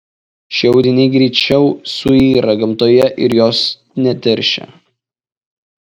šie audiniai greičiau suyra gamtoje ir jos neteršia